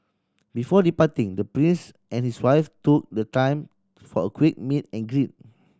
before departing the Prince and his wife took the time for a quick meet and greet